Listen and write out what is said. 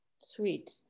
Sweet